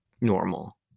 normal